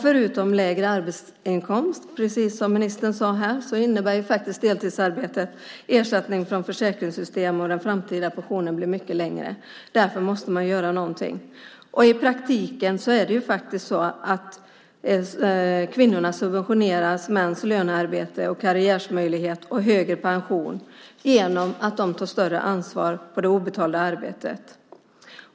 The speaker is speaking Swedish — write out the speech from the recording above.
Förutom lägre arbetsinkomst innebär deltidsarbete, precis som ministern sade, att ersättning från försäkringssystem och framtida pension blir mycket lägre. Därför måste man göra någonting. I praktiken subventionerar faktiskt kvinnor mäns lönearbete, karriärmöjligheter och högre pension genom att ta ett större ansvar för det obetalda arbetet.